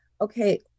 okay